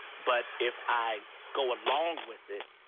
but if i go along with it,